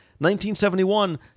1971